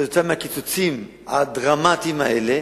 בגלל הקיצוצים הדרמטיים האלה,